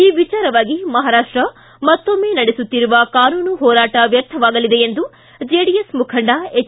ಈ ವಿಚಾರವಾಗಿ ಮಹಾರಾಷ್ಟ ಮತ್ತೊಮ್ಮೆ ನಡೆಸುತ್ತಿರುವ ಕಾನೂನು ಹೋರಾಟ ವ್ಯರ್ಥವಾಗಲಿದೆ ಎಂದು ಜೆಡಿಎಸ್ ಮುಖಂಡ ಎಚ್